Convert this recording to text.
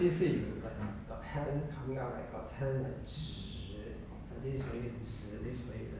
and